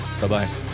Bye-bye